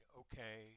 okay